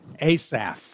Asaph